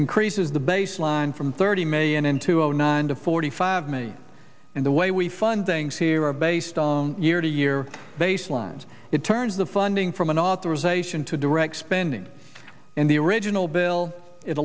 increases the baseline from thirty million in two zero nine to forty five mi and the way we fundings here are based on year to year they slimed it turns the funding from an authorization to direct spending in the original bill it